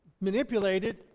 manipulated